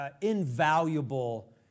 invaluable